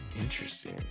Interesting